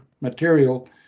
material